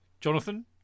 Jonathan